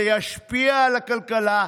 זה ישפיע על הכלכלה.